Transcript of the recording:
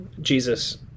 Jesus